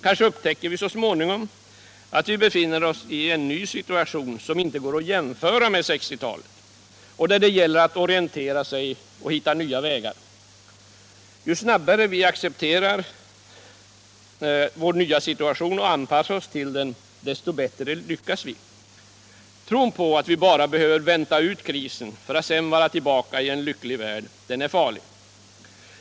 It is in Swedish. Kanske upptäcker vi så småningom att vi befinner oss i en ny situation som inte alls går att jämföra med 1960-talet och där det gäller att orientera sig och finna nya vägar. Ju snabbare vi accepterar vår nya situation och anpassar oss till den, desto bättre lyckas vi. Tron på att vi bara behöver vänta ut krisen för att sedan vara tillbaka i en lycklig värld är farlig.